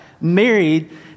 married